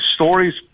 stories